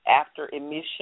after-emission